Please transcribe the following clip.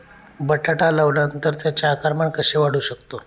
बटाटा लावल्यानंतर त्याचे आकारमान कसे वाढवू शकतो?